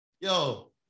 Yo